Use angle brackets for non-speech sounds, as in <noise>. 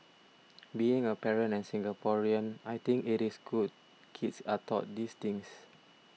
<noise> being a parent and Singaporean I think it is good kids are taught these things